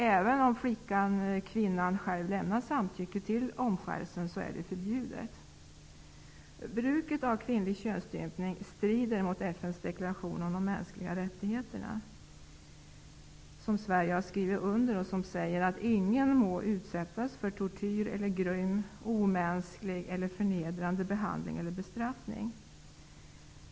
Även om flickan eller kvinnan själv lämnar samtycke till omskärelsen är det förbjudet. Bruket av kvinnlig könsstympning strider mot FN:s deklaration om de mänskliga rättigheterna som Sverige skrivit under och som säger att ingen må utsättas för tortyr eller grym, omänsklig eller förnedrande behandling eller bestraffning.